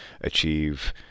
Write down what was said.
achieve